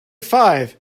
five